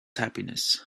happiness